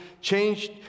changed